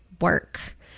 work